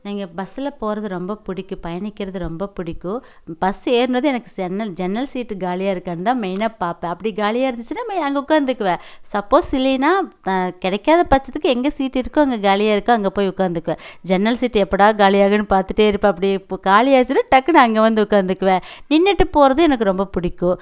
நீங்கள் பஸ்சில் போகிறது ரொம்ப பிடிக்கும் பயணிக்கிறது ரொம்ப பிடிக்கும் பஸ் ஏறுனதும் எனக்கு சன்னல் ஜன்னல் சீட்டு காலியாக இருக்கான்னு தான் மெயினாக பார்ப்பேன் அப்படி காலியாக இருந்துச்சின்னால் மெ அங்கே உட்காந்துக்குவேன் சப்போஸ் இல்லைன்னா கிடைக்காத பட்சத்துக்கு எங்க சீட் இருக்கோ அங்கே காலியாக இருக்கோ அங்கே போய் உட்காந்துக்குவேன் ஜன்னல் சீட்டு எப்படா காலியாகும்னு பார்த்துட்டே இருப்பேன் அப்படி இப்போது காலியாச்சுன்னால் டக்குன்னு அங்கே வந்து உட்காந்துக்குவேன் நின்றுட்டு போகிறது எனக்கு ரொம்ப பிடிக்கும்